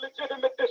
legitimate